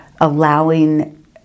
allowing